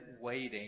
waiting